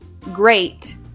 great